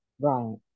Right